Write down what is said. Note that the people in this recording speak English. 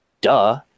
duh